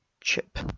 Chip